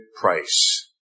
price